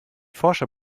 forscher